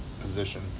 position